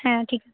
হ্যাঁ ঠিক আছে